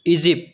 Egypt